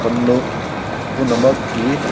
ꯀꯥꯡꯂꯨꯞ ꯄꯨꯝꯅꯃꯛꯀꯤ